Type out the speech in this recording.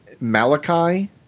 Malachi